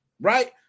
right